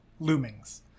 loomings